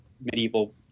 medieval